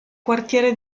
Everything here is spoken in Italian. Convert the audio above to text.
quartiere